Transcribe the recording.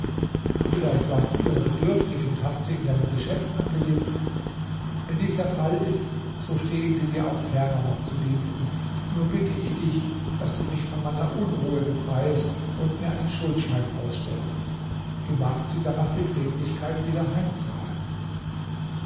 vielleicht warst du ihrer bedürftig und hast sie in deinem geschäft angelegt wenn dies der fall ist so stehen sie dir auch ferner noch zu dienste nur bitte ich dich daß du mich von meiner unruhe befreiest und mir einen schuldschein ausstellst du magst sie dann nach bequemlichkeit wieder heimzahlen